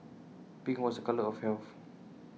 pink was A colour of health